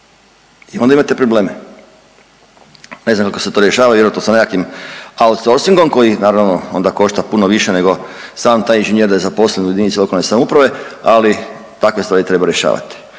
I onda imate probleme. Ne znam kako se to rješava, vjerojatno sa nekakvim outsourcingom koji naravno onda košta puno više nego sam taj inženjer da je zaposlen u jedinici lokalne samouprave, ali takve stvari treba rješavati.